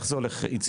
איך זה הולך, איציק?